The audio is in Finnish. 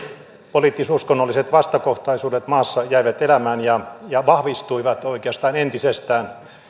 poliittis uskonnolliset vastakohtaisuudet maassa jäivät elämään ja ja vahvistuivat oikeastaan entisestään